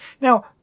Now